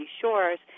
shores